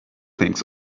things